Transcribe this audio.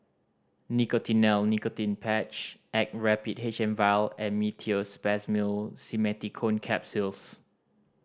Nicotinell Nicotine Patch Actrapid H M Vial and Meteospasmyl Simeticone Capsules